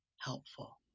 helpful